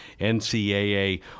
NCAA